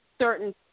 certain